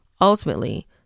Ultimately